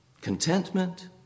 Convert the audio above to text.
contentment